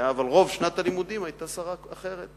אבל ברוב שנת הלימודים היתה שרה אחרת.